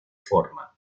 forma